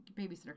babysitter